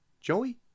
Joey